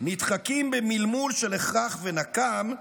נדחקים במלמול של 'הכרח' ו'נקם',